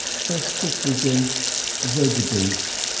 sesquippledan verboojuice.